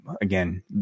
again